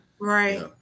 Right